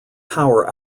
power